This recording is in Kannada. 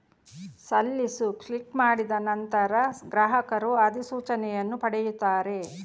ಸಲ್ಲಿಸು ಕ್ಲಿಕ್ ಮಾಡಿದ ನಂತರ, ಗ್ರಾಹಕರು ಅಧಿಸೂಚನೆಯನ್ನು ಪಡೆಯುತ್ತಾರೆ